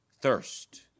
thirst